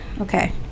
Okay